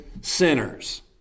sinners